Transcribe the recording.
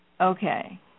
Okay